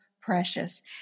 precious